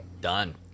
Done